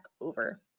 over